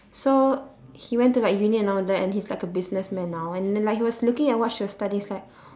so he went to like uni and all that and he's like a businessman now and then like he was looking at what she studying he's like